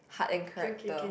heart and character